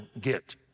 get